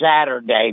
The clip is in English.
Saturday